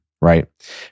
right